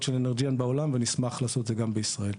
של אנרג'יאן בעולם ונשמח לעשות את זה גם בישראל.